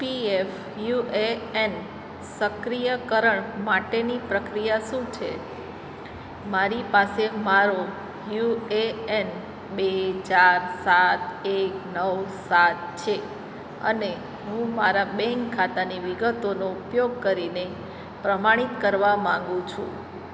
PF U A N સક્રિયકરણ માટેની પ્રક્રિયા શું છે મારી પાસે મારો યુ એ એન બે ચાર સાત એક નવ સાત છે અને હું મારા બેન્ક ખાતાની વિગતોનો ઉપયોગ કરીને પ્રમાણિત કરવા માગું છું